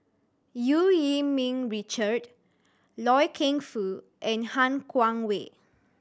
Eu Yee Ming Richard Loy Keng Foo and Han Guangwei